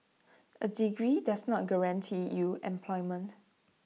A degree does not guarantee you employment